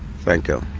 thank you.